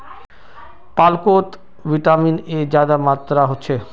पालकोत vitamin A ज्यादा मात्रात होछे